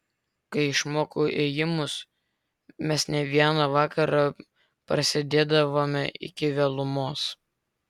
kai išmokau ėjimus mes ne vieną vakarą prasėdėdavome iki vėlumos